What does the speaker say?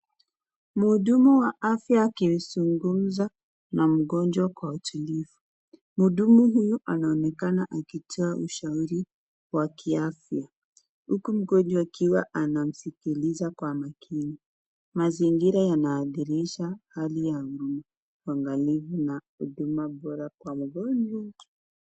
Mhudumu wa afya akizungumza na mgonjwa kwa utulivu. Mhudumu huyu anaonekana akitoa ushauri wa kiafya huku mgonjwa akiwa anamskiliza kwa umakini. Mazingira yanadhihirisha hali ya uangalifu na huduma bora kwa mgonjwa.